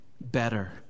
better